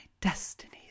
destiny